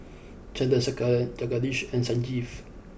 Chandrasekaran Jagadish and Sanjeev